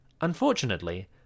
Unfortunately